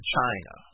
China